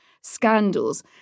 scandals